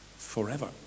forever